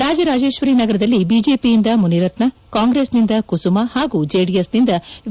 ರಾಜರಾಜೇಶ್ವರಿ ನಗರದಲ್ಲಿ ಬಿಜೆಪಿಯಿಂದ ಮುನಿರತ್ನ ಕಾಂಗ್ರೆಸ್ನಿಂದ ಕುಸುಮ ಹಾಗೂ ಜೆಡಿಎಸ್ನಿಂದ ವಿ